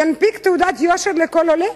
ינפיק תעודת יושר לכל עולה?